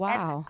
Wow